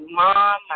mom